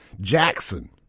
Jackson